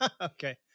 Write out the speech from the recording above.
okay